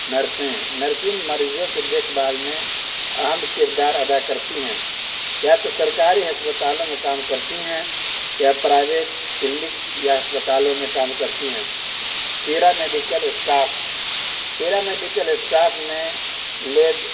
نرسیں نرسیں مریضوں کی دیکھ بھال میں اہم کردار ادا کرتی ہیں یا تو سرکاری ہسپتالوں میں کام کرتی ہیں یا پرائیویٹ کلینکس یا ہسپتالوں میں کام کرتی ہیں paramedical staff paramedical staff میں لیب